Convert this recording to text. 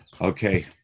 Okay